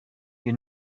you